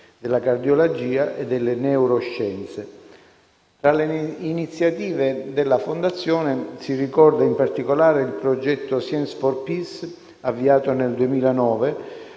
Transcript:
della cardiologia e delle neuroscienze. Tra le iniziative della Fondazione, si ricorda in particolare il progetto Science for peace, avviato nel 2009